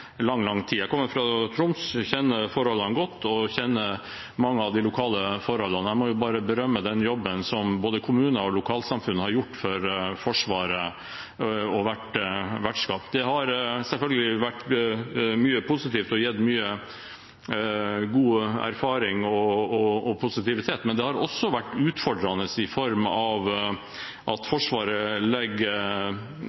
lang, lang tid. Jeg kommer fra Troms og kjenner mange av de lokale forholdene godt. Jeg må bare berømme den jobben som både kommuner og lokalsamfunn har gjort for Forsvaret, og for at de har vært vertskap. Det har selvfølgelig gitt mye god erfaring og positivitet, men det har også vært utfordrende